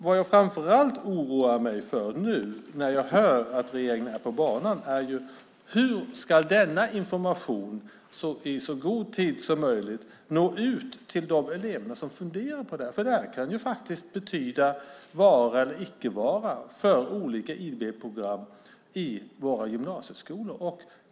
Vad jag framför allt oroar mig för nu när jag hör att regeringen är på banan är hur denna information i så god tid som möjligt ska nå ut till de elever som funderar på det här, för det här kan ju faktiskt betyda vara eller icke vara för olika IB-program i våra gymnasieskolor.